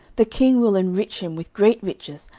the king will enrich him with great riches,